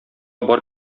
бар